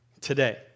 today